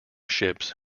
ships